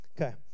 Okay